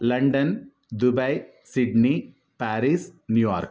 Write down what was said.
London Dubai Sydney Paris New York